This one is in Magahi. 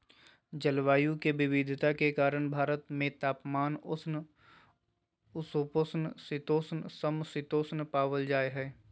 जलवायु के विविधता के कारण भारत में तापमान, उष्ण उपोष्ण शीतोष्ण, सम शीतोष्ण पावल जा हई